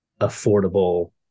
affordable